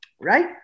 right